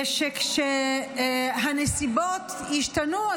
ושכשנסיבות ישתנו,